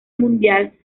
mundial